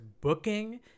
booking